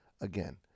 again